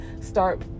start